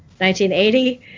1980